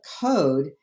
code